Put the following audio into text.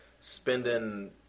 spending